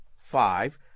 five